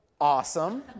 awesome